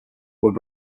were